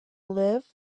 live